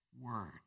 Word